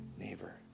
neighbor